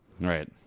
Right